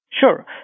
Sure